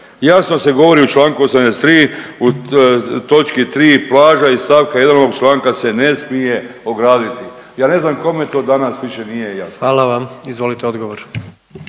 Jasno se govori u čl. 83 u točki 3, plaža iz st. 1 ovog članka se ne smije ograditi. Ja ne znam kome to danas više nije jasno. **Jandroković, Gordan